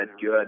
good